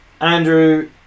Andrew